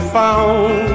found